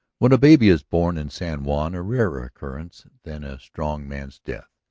when a baby is born in san juan, a rarer occurrence than a strong man's death,